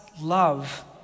love